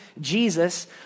Jesus